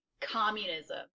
Communism